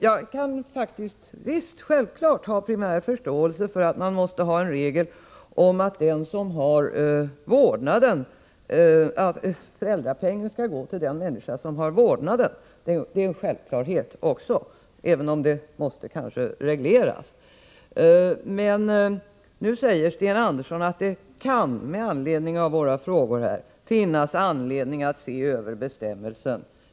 Jag kan självfallet ha primär förståelse för att man måste ha en regel om att föräldrapengen skall gå till den person som har vårdnaden om barnet; det är i och för sig en självklarhet, även om den måste regleras. Nu säger Sten Andersson till svar på våra frågor att det kan finnas anledning att se över bestämmelsen.